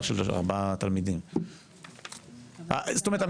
זאת אומרת,